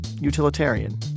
utilitarian